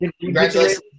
congratulations